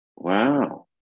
Wow